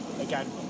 again